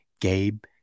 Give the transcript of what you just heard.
Gabe